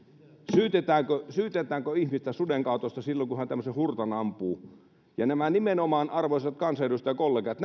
syytetäänkö syytetäänkö ihmistä suden kaadosta silloin kun hän tämmöisen hurtan ampuu ja nämä ovat arvoisat kansanedustajakollegat